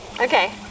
Okay